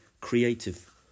creative